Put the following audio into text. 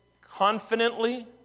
confidently